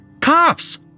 Cops